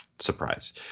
surprise